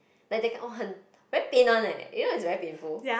like they can orh 很 very pain one leh you know is very painful